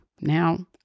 Now